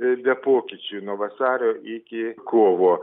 be pokyčių nuo vasario iki kovo